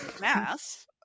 mass